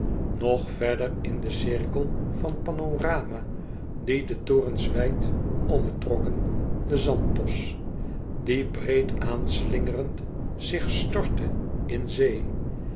nog verder in den cirkel van panorama die de torens wijd ommetrokken de zanthos die breed aanslingerend zich stortte in zee